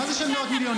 מה זה של מאות מיליונים?